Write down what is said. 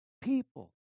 people